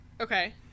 Okay